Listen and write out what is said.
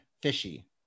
fishy